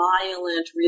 violent